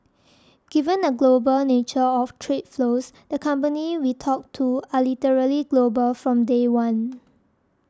given the global nature of trade flows the companies we talk to are literally global from day one